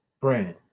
brand